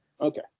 Okay